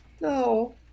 No